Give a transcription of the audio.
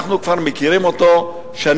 אנחנו כבר מכירים אותו שנים,